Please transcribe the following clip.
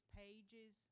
pages